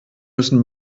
müssen